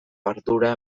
ardura